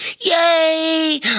Yay